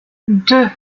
deux